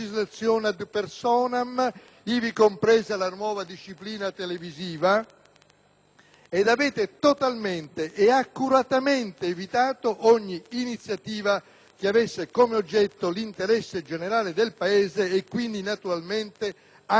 ed avete totalmente e accuratamente evitato ogni iniziativa che avesse come oggetto l'interesse generale del Paese, e quindi, naturalmente, anche le vere questioni di fondo della giustizia.